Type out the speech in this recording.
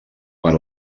per